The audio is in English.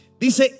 Dice